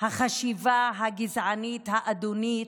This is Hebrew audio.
החשיבה הגזענית, האדונית,